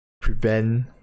prevent